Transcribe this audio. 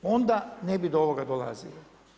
Onda, ne bi do ovoga dolazilo.